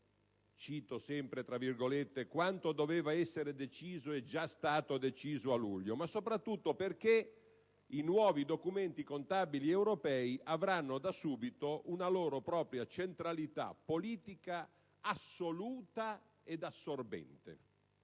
solo perché «quanto doveva essere deciso è già stato deciso a luglio», ma soprattutto perché i «nuovi documenti contabili europei (...) avranno da subito una loro propria centralità politica, assoluta e assorbente».